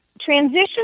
transition